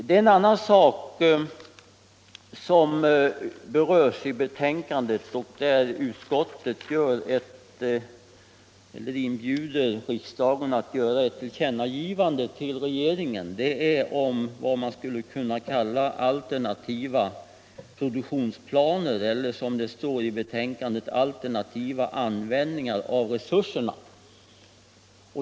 En annan sak berörs i betänkandet, nämligen vad man skulle kunna kalla alternativa produktionsplaner eller, som det står i betänkandet, alternativa användningar av resurserna, där utskottet inbjuder riksdagen att göra ett tillkännagivande till regeringen.